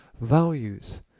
Values